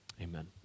Amen